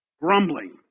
grumbling